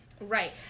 right